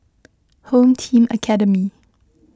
Home Team Academy